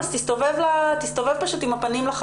לא תקציבית.